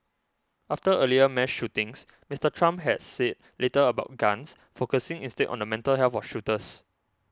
after earlier mass shootings Mister Trump has said little about guns focusing instead on the mental health of shooters